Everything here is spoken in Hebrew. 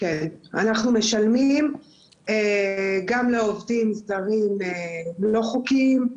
אנחנו משלמים גם לעובדים זרים לא חוקיים,